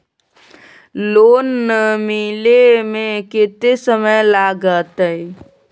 Loan मिले में कत्ते समय लागते?